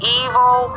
evil